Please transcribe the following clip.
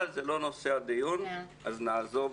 אבל זה לא נושא הדיון אז נעזוב